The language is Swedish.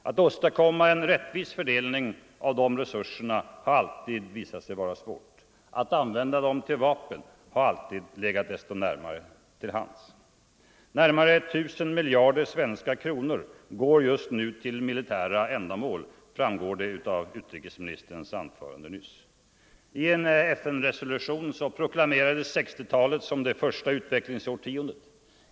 Att åstadkomma en rättvis fördelning av de resurserna har alltid visat sig vara svårt; att använda dem till vapen har alltid legat desto närmare till hands. Närmare 1000 miljarder svenska kronor går just nu till militära ändamål, framgick det av utrikesministerns anförande nyss. I en FN-resolution proklamerades 1960-talet som det första utvecklingsårtiondet.